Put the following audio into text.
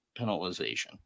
penalization